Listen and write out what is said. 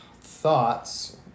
thoughts